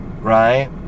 right